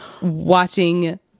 watching